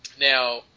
Now